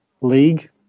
league